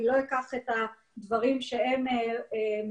אני לא אקח את הדברים שהם מדברים,